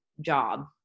job